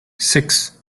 six